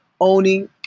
owning